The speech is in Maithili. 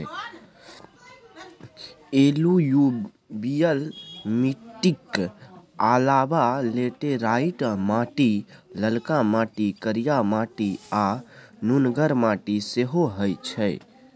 एलुयुबियल मीटिक अलाबा लेटेराइट माटि, ललका माटि, करिया माटि आ नुनगर माटि सेहो होइ छै